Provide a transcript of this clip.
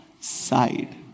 side